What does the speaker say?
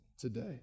today